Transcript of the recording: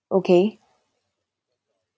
okay